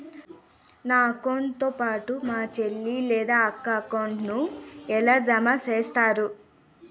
నా అకౌంట్ తో పాటు మా చెల్లి లేదా అక్క అకౌంట్ ను ఎలా జామ సేస్తారు?